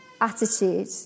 attitude